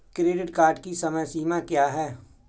Credit card की समय सीमा क्या है?